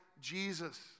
Jesus